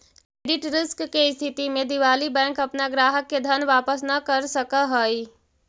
credit risk के स्थिति में दिवालि बैंक अपना ग्राहक के धन वापस न कर सकऽ हई